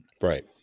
Right